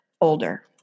older